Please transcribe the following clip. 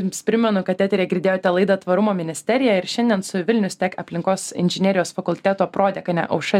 jums primenu kad eteryje girdėjote laidą tvarumo ministerija ir šiandien su vilnius tech aplinkos inžinerijos fakulteto prodekane aušra